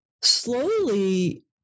slowly